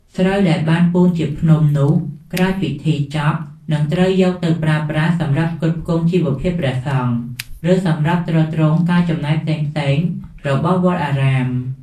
ស្រូវដែលបានពូនជាភ្នំនោះ ក្រោយពិធីចប់ នឹងត្រូវយកទៅប្រើប្រាស់សម្រាប់ផ្គត់ផ្គង់ជីវភាពព្រះសង្ឃ ឬសម្រាប់ទ្រទ្រង់ការចំណាយផ្សេងៗរបស់វត្តអារាម។